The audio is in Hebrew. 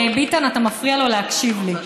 ביטן, אתה מפריע לו להקשיב לי.